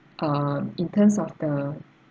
um in terms of the